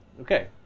Okay